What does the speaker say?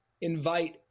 invite